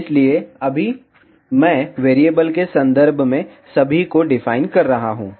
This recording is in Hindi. इसलिए अभी मैं वेरिएबल के संदर्भ में सभी को डिफाइन कर रहा हूं